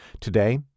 Today